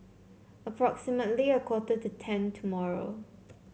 approximately a quarter to ten tomorrow